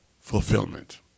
fulfillment